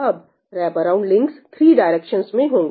अब wraparound links 3 directions में होंगे